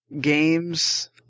games